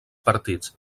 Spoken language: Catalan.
partits